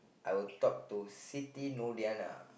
I would talk to Siti Nur Diyana